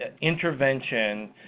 intervention